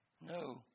No